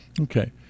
Okay